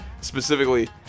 specifically